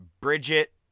Bridget